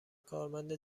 کارمند